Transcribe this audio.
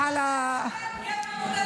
ככה זה אצלכם?